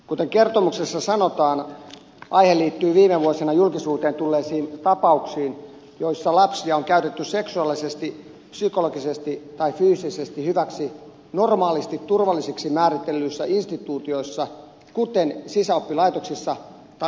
kuten kertomuksessa sanotaan aihe liittyy viime vuosina julkisuuteen tulleisiin tapauksiin joissa lapsia on käytetty seksuaalisesti psykologisesti tai fyysisesti hyväksi normaalisti turvallisiksi määritellyissä instituutioissa kuten sisäoppilaitoksissa tai nuorisoseuroissa